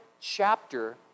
chapter